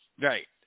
Right